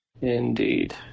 Indeed